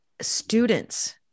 students